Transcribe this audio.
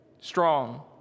strong